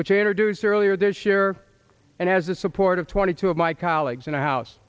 which introduced earlier this year and has the support of twenty two of my colleagues in a house